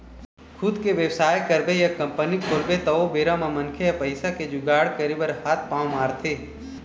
खुद के बेवसाय करबे या कंपनी खोलबे त ओ बेरा म मनखे ह पइसा के जुगाड़ करे बर हात पांव मारथे